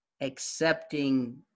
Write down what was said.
accepting